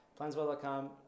planswell.com